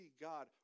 God